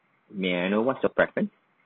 may I know what's your preference